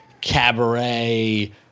cabaret